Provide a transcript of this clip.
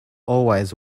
always